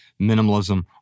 minimalism